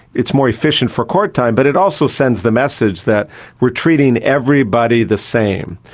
it's more efficient for court time but it also sends the message that we are treating everybody the same.